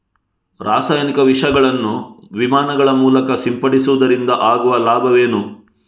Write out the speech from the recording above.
ರಾಸಾಯನಿಕ ವಿಷಗಳನ್ನು ವಿಮಾನಗಳ ಮೂಲಕ ಸಿಂಪಡಿಸುವುದರಿಂದ ಆಗುವ ಲಾಭವೇನು?